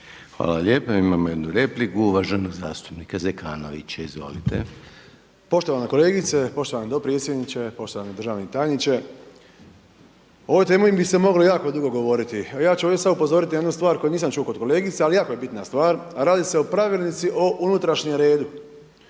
Hvala. Imamo jednu repliku uvaženog zastupnika Zekanovića. Izvolite. **Zekanović, Hrvoje (HRAST)** Poštovana kolegice, poštovani dopredsjedniče, poštovani državni tajniče, o ovoj temi bi se moglo jako dugo govoriti a ja ću ovdje sad upozoriti na jednu stvar koju nisam čuo kod kolegice a jako je bitna stvar, a radi se o Pravilnici o unutrašnjem redu.